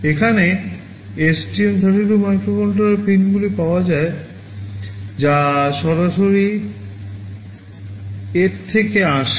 এখানে STM 32 microcontroller পিনগুলি পাওয়া যায় যা সরাসরি এর থেকে আসে